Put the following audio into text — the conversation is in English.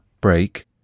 break